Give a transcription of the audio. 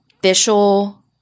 official